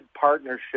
Partnership